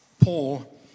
Paul